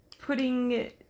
Putting